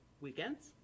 weekends